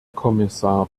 kommissar